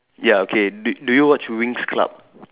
ya okay do do you watch Winx club